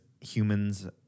humans